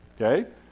Okay